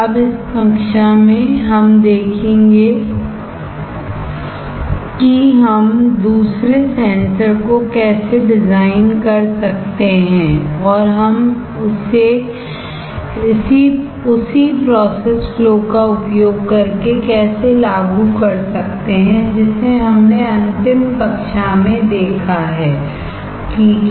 अब इस कक्षा में हम देखेंगे कि हम दूसरे सेंसर को कैसे डिज़ाइन कर सकते हैं और हम इसे उसी प्रोसेस फ्लो का उपयोग करके कैसे लागू कर सकते हैं जिसे हमने अंतिम कक्षा में देखा है ठीक है